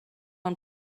own